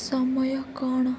ସମୟ କ'ଣ